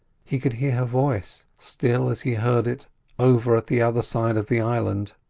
he could hear her voice, still as he heard it over at the other side of the island.